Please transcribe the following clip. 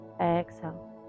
Exhale